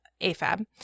AFAB